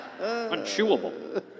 Unchewable